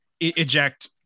eject